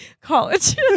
college